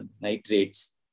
nitrates